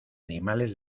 animales